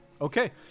Okay